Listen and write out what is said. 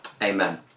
Amen